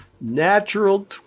natural